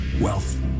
wealth